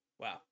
Wow